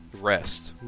rest